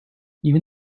even